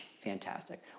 fantastic